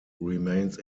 remains